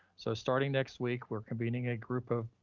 so starting next week, we're convening a group of